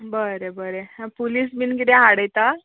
बरें बरें पुलीस बिन किदें आडयता